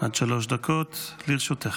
עד שלוש דקות לרשותך.